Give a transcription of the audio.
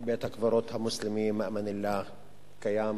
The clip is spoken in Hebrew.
בית-הקברות המוסלמי "ממילא" קיים